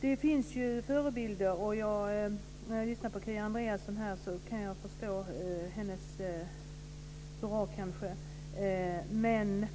Det finns ju förebilder. När jag lyssnar på Kia Andreasson kan jag kanske förstå hennes hurra. Men